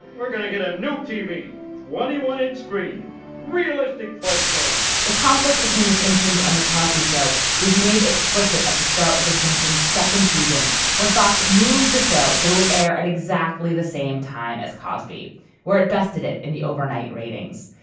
we're gonna get a new tv well he wanted screen real estate close to the conflict between the simpsons and the cosby show was made explicit at the start of the simpsons second season when fox moved the show so that would air at exactly the same time as cosby where it bested it in the overnight ratings.